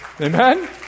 Amen